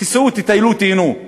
תיסעו, תטיילו, תיהנו.